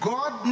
God